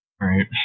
Right